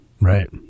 Right